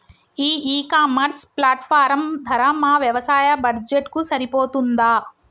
ఈ e commerce platform ధర మా వ్యవసాయ బడ్జెట్ కు సరిపోతుందా?